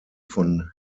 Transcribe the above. von